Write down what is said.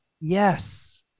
Yes